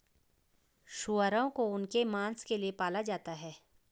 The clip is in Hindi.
सूअरों को उनके मांस के लिए पाला जाता है